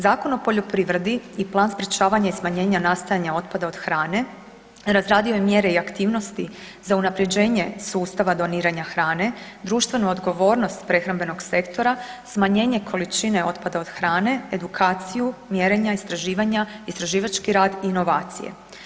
Zakon o poljoprivredi i plan sprječavanja i smanjenja nastajanja otpada od hrane razradio je mjere i aktivnosti za unapređenje sustava doniranja hrane, društvenu odgovornost prehrambenog sektora, smanjenje količine otpada od hrane, edukaciju, mjerenja, istraživanja, istraživački rad i inovacije.